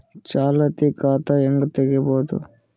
ಚಾಲತಿ ಖಾತಾ ಹೆಂಗ್ ತಗೆಯದು?